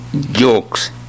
jokes